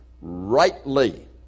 rightly